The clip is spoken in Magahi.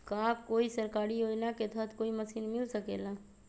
का कोई सरकारी योजना के तहत कोई मशीन मिल सकेला?